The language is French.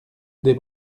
des